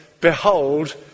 behold